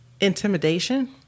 intimidation